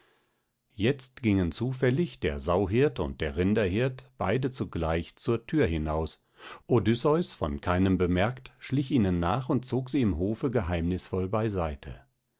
jetzt gingen zufällig der sauhirt und der rinderhirt beide zugleich zur thür hinaus odysseus von keinem bemerkt schlich ihnen nach und zog sie im hofe geheimnisvoll beiseite